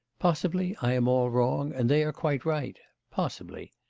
possibly, i am all wrong, and they are quite right possibly.